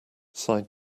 side